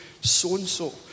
so-and-so